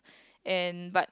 and but